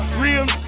real